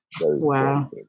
Wow